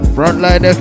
Frontline